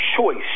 choice